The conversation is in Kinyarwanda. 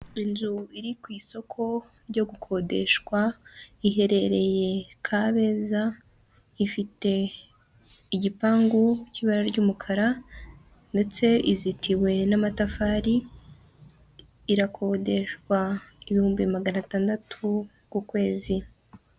Inzu iri ku isoko ryo gukodeshwa, iherereye Kabeza, ifite igipangu cy'ibara ry'umukara ndetse izitiwe n'amatafari, irakodeshwa ibihumbi magana atandatu ku kwezi.